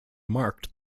marked